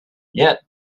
yet